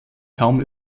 kaum